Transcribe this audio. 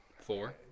Four